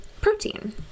protein